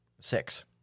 Six